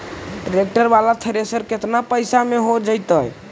Tractor बाला thresher केतना पैसा में हो जैतै?